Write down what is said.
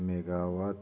megawatt